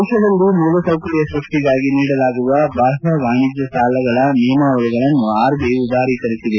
ದೇಶದಲ್ಲಿ ಮೂಲ ಸೌಕರ್ಯ ಸೃಷ್ಟಿಗಾಗಿ ನೀಡಲಾಗುವ ಬಾಹ್ಯ ವಾಣಿಜ್ಯ ಸಾಲಗಳ ನಿಯಮಾವಳಿಗಳನ್ನು ಆರ್ಬಿಐ ಉದಾರೀಕರಿಸಿದೆ